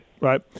Right